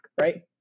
Right